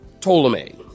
Ptolemy